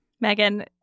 Megan